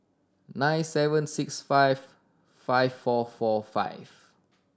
nine seven six five five four four five